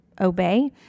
obey